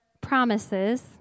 promises